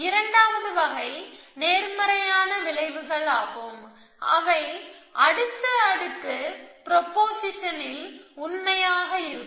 இரண்டாவது வகை நேர்மறையான விளைவுகள் ஆகும் அவை அடுத்த அடுக்கு ப்ரொபொசிஷனில் உண்மையாக இருக்கும்